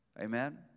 Amen